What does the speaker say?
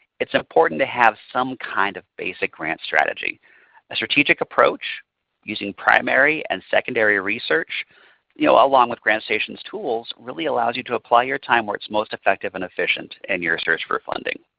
it's important to have some kind of basic grant strategy. a strategic approach using primary and secondary research you know ah along with grantstation's tools really allows you to apply your time where it's most effective and efficient in and your search for funding.